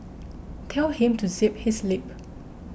tell him to zip his lip